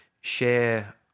share